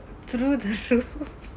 through the roof